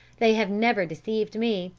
they have never deceived me,